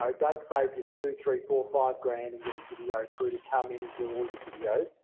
um like save your two, three, four, five grand and get a video crew to come in and do all your videos.